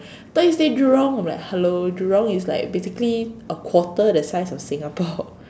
thought you stay Jurong I'll be like hello Jurong is like basically a quarter of the size of Singapore